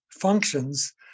functions